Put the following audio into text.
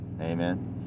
amen